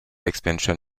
expansion